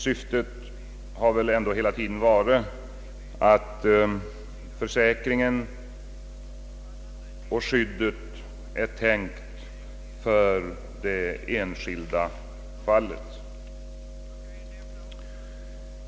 Syftet har väl ändå hela tiden varit att försäkringen och skyddet är skapade för det enskilda fallet.